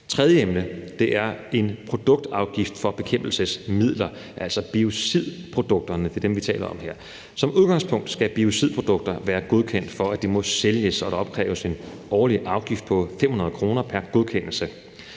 en produktafgift for bekæmpelsesmidler, altså biocidprodukterne; det er dem, vi taler om her. Som udgangspunkt skal biocidprodukter være godkendt, for at de må sælges, og der opkræves en årlig afgift på 500 kr. pr. godkendelse.